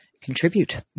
contribute